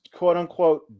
quote-unquote